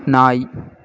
நாய்